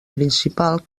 principal